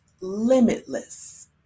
limitless